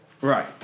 Right